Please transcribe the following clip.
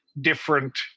different